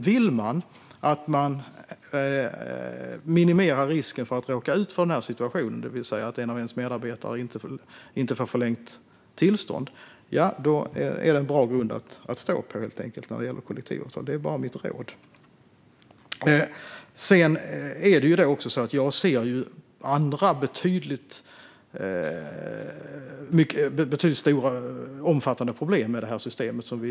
Vill man som arbetsgivare minimera risken för att en medarbetare inte får förlängt arbetstillstånd är kollektivavtal en bra grund att stå på. Det är mitt råd. Jag ser andra betydligt mer omfattande problem med dagens system.